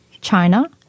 China